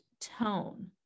tone